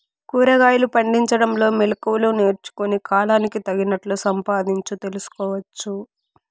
కూరగాయలు పండించడంలో మెళకువలు నేర్చుకుని, కాలానికి తగినట్లు సంపాదించు తెలుసుకోవచ్చు